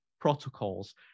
protocols